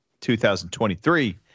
2023